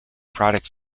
products